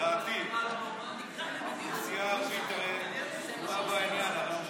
לדעתי האוכלוסייה הערבית הרי קשורה בעניין.